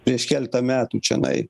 prieš keletą metų čianai